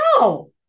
No